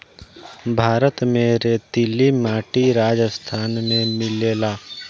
भारत में रेतीली माटी राजस्थान में मिलेला